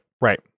right